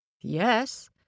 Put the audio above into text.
Yes